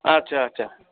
अच्छा अच्छा